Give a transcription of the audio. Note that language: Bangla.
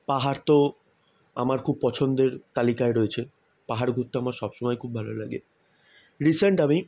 পাহাড় তো আমার খুব পছন্দের তালিকায় রয়েছে পাহাড় ঘুরতে আমার সব সময় খুব ভালো লাগে রিসেন্ট আমি